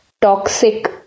toxic